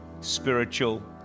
spiritual